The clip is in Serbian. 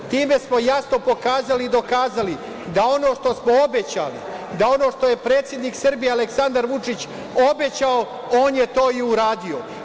Time smo jasno pokazali i dokazali da ono što smo obećali, da ono što je predsednik Srbije, Aleksandar Vučić, obećao, on je to i uradio.